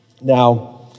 Now